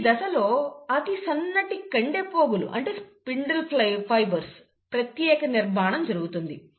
ఈ దశలో అతి సన్నటి కండె పోగుల ప్రత్యేక నిర్మాణం జరుగుతుంది